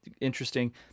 interesting